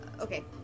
okay